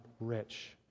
rich